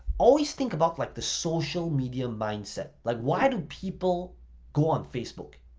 always think about like the social media mindset, like why do people go on facebook?